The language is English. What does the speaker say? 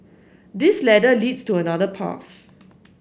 this ladder leads to another path